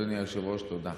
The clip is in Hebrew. אדוני היושב-ראש, תודה.